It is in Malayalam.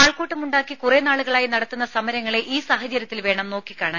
ആൾക്കൂട്ടമുണ്ടാക്കി കുറെ നാളുകളായി നടത്തുന്ന സമരങ്ങളെ ഈ സാഹചര്യത്തിൽ വേണം നോക്കിക്കാണാൻ